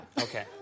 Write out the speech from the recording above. Okay